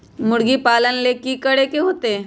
मुर्गी पालन ले कि करे के होतै?